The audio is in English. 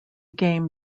game